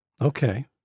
Okay